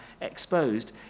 exposed